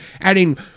adding